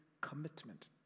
commitment